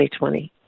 2020